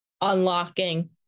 unlocking